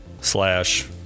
slash